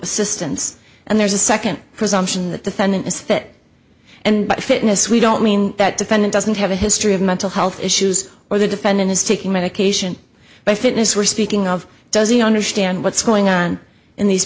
assistance and there's a second presumption that defendant is fit and fitness we don't mean that defendant doesn't have a history of mental health issues where the defendant is taking medication by fitness we're speaking of does he understand what's going on in these